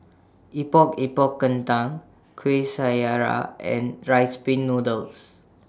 Epok Epok Kentang Kueh Syara and Rice Pin Noodles